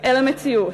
אל המציאות,